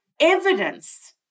evidence